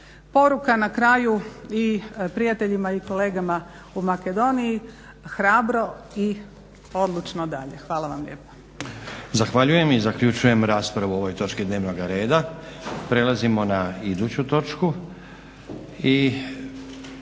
Poruka na kraju i prijateljima i kolegama u Makedoniji hrabro i odlučno dalje. Hvala vam lijepa. **Stazić, Nenad (SDP)** Zahvaljujem. I zaključujem raspravu o ovoj točki dnevnoga reda. **Leko, Josip